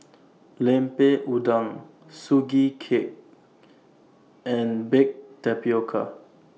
Lemper Udang Sugee Cake and Baked Tapioca